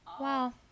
Wow